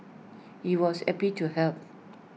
he was happy to help